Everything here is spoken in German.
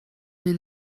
mir